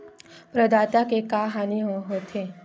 प्रदाता के का हानि हो थे?